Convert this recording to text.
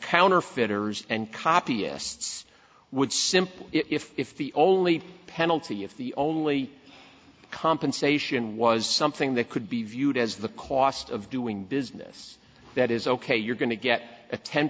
counterfeiters and capias would simply if the only penalty if the only compensation was something that could be viewed as the cost of doing business that is ok you're going to get a ten